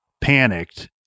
panicked